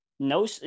No